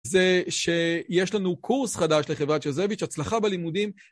זה שיש לנו קורס חדש לחברת שזוויץ', הצלחה בלימודים.